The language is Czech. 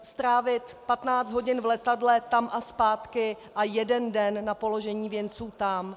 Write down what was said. Strávit patnáct hodin v letadle tam a zpátky a jeden den na položení věnců tam.